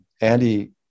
Andy